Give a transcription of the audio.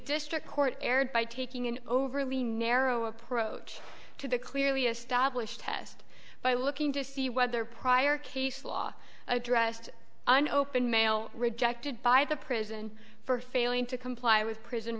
district court erred by taking an overly narrow approach to the clearly established test by looking to see whether prior case law addressed an open mail rejected by the prison for failing to comply with prison